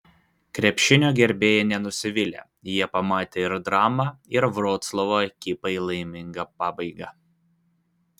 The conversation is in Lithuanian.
krepšinio gerbėjai nenusivylė jie pamatė ir dramą ir vroclavo ekipai laimingą pabaigą